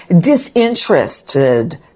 disinterested